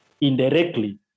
indirectly